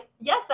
yes